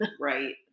Right